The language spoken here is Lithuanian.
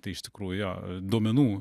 tai iš tikrųjų jo duomenų